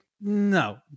No